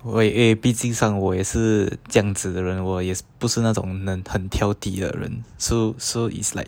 喂 eh 毕竟上我也是这样子的人我也不是那种能很挑剔的人 so so is like